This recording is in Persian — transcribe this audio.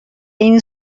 این